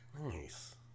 nice